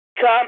come